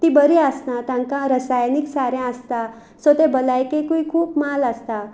ती बरी आसना तांकां रसायनीक सारें आसता सो तें भलायकेकूय खूब माल आसता